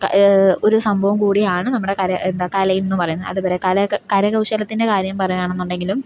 ഒരു സംഭവം കൂടിയാണ് നമ്മുടെ കല എന്താ കലയുമെന്ന് പറയുന്നത് അതുപോലെ കരകൗശലത്തിൻ്റെ കാര്യം പറയുകയാണെന്നുണ്ടെങ്കിലും